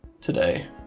today